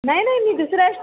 नाही नाही मी दुसऱ्या